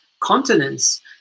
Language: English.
continents